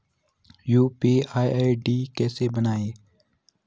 UPI ID कैसे बनायें?